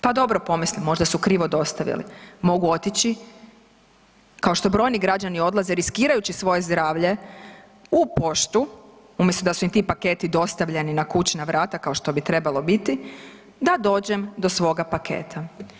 Pa dobro pomislim možda su krivo dostavili, mogu otići kao što brojni građani odlaze riskirajući svoje zdravlje u Poštu umjesto da su im ti paketi dostavljeni na kućna vrata kao što bi trebalo biti, da dođem do svoga paketa.